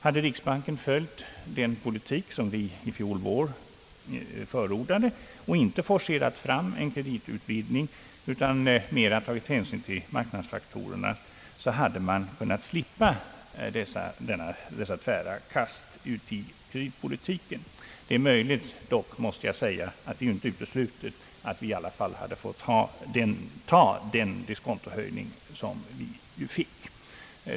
Hade riksbanken följt den politik som vi förra våren förordade, och inte forcerat fram en kreditutvidgning utan mera tagit hänsyn till marknadsfaktorerna, hade man kunnat slippa dessa tvära kast i kreditpolitiken. Det är dock möjligt, måste jag säga, att detta inte uteslutit att vi fått ta den diskontohöjning som vi fick.